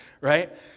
right